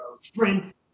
sprint